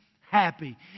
happy